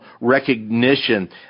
recognition